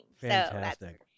Fantastic